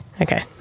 Okay